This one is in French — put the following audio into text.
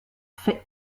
fait